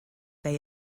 they